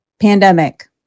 pandemic